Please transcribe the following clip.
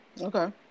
Okay